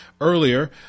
earlier